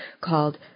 called